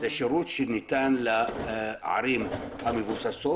זה שירות שניתן בערים המבוססות.